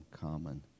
common